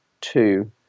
two